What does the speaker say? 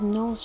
no